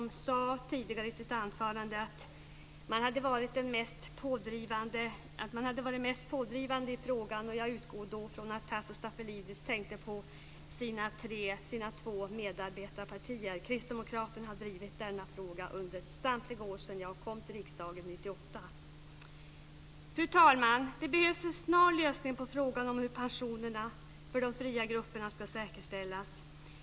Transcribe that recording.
Han sade tidigare i sitt anförande att Vänsterpartiet hade varit den mest pådrivande i frågan. Jag utgår då från att han tänkte på sina två medarbetarpartier, för Kristdemokraterna har drivit denna fråga under samtliga år sedan jag kom till riksdagen 1998. Fru talman! Det behövs en snar lösning på frågan om hur pensionerna för de fria grupperna ska säkerställas.